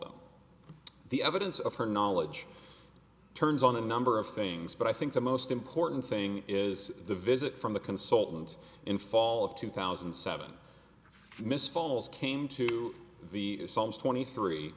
them the evidence of her knowledge turns on a number of things but i think the most important thing is the visit from the consultant in fall of two thousand and seven miss falls came to the psalms twenty three